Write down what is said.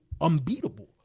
unbeatable